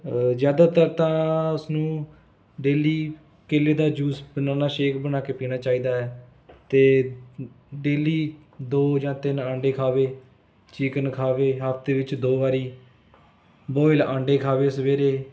ਜ਼ਿਆਦਾਤਰ ਤਾਂ ਉਸ ਨੂੰ ਡੇਲੀ ਕੇਲੇ ਦਾ ਜੂਸ ਬਨਾਨਾ ਸ਼ੇਕ ਬਣਾ ਕੇ ਪੀਣਾ ਚਾਹੀਦਾ ਹੈ ਅਤੇ ਡੇਲੀ ਦੋ ਜਾਂ ਤਿੰਨ ਆਂਡੇ ਖਾਵੇ ਚਿਕਨ ਖਾਵੇ ਹਫ਼ਤੇ ਵਿੱਚ ਦੋ ਵਾਰੀ ਬੋਇਲ ਆਂਡੇ ਖਾਵੇ ਸਵੇਰੇ